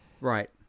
Right